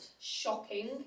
shocking